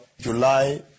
July